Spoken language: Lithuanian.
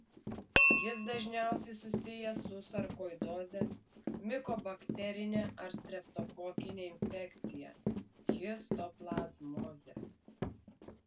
jis dažniausiai susijęs su sarkoidoze mikobakterine ar streptokokine infekcija histoplazmoze